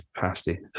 pasty